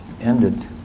ended